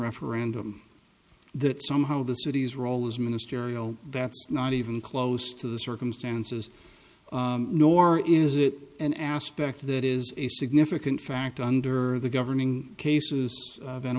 referendum that somehow the city's role is ministerial that's not even close to the circumstances nor is it an aspect that is a significant factor under the governing cases